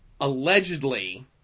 allegedly